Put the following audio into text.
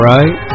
Right